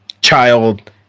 child